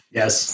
yes